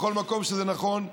בכל מקום שזה נכון,